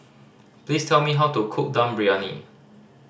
please tell me how to cook Dum Briyani